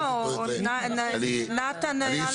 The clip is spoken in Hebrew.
לא, נתן, היה לו מה להגיד.